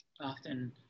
Often